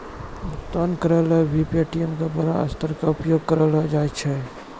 भुगतान करय ल भी पे.टी.एम का बड़ा स्तर पर उपयोग करलो जाय छै